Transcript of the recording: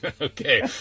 Okay